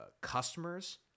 customers